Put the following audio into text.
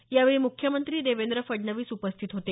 यावेळी मुख्यमंत्री देवेंद्र फडणवीस उपस्थित होते